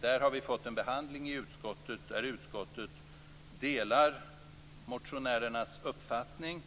Där har vi fått en behandling i utskottet där utskottet delar vår uppfattning